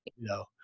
No